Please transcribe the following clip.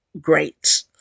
great